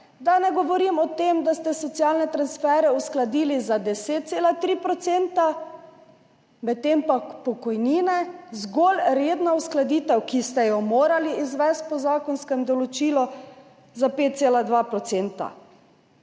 da ne govorim o tem, da ste socialne transfere uskladili za 10,3 %, medtem pa za pokojnine zgolj redno uskladitev, ki ste jo morali izvesti po zakonskem določilu za 5,2 %.